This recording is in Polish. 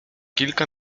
kilka